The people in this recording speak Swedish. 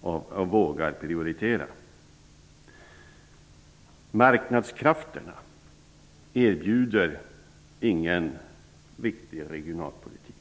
och vågar prioritera. Marknadskrafterna erbjuder ingen riktig regionalpolitik.